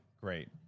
great